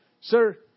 sir